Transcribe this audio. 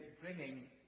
bringing